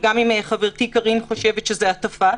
גם אם חברתי קארין חושבת שזה הטפה.